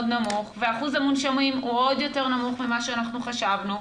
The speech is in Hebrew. נמוך ואחוז המונשמים הוא עוד יותר נמוך ממה שאנחנו חשבנו.